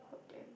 god damn